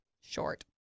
Short